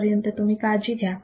तोपर्यंत तुम्ही काळजी घ्या